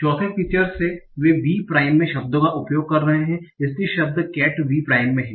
चौथे फीचर्स से वे V प्राइम में शब्दों का उपयोग कर रहे हैं इसलिए शब्द cat V प्राइम में है